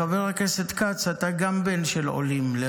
חבר הכנסת כץ, גם אתה בן של עולים לארץ ישראל.